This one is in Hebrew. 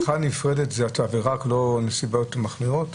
בריכה נפרדת זו עבירה רק לא נסיבה מחמירה?